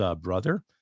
brother